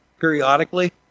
periodically